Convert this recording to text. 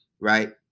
right